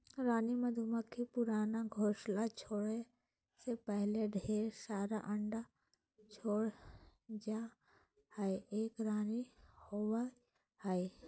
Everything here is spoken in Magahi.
रानी मधुमक्खी पुराना घोंसला छोरै से पहले ढेर सारा अंडा छोड़ जा हई, एक रानी होवअ हई